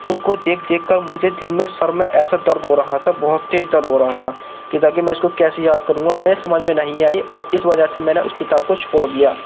اس کو دیکھ دیکھ کر مجھے دن میں سر میں ایسا درد ہو رہا تھا بہت تیز درد ہو رہا تھا کہ تاکہ میں اسے کیسے یاد کروں گا میرے سمجھ میں نہیں آئی اور اس وجہ سے میں نے اس کتاب کو چھوڑ دیا